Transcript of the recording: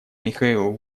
михаил